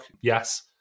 yes